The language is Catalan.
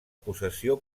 possessió